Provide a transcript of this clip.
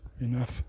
enough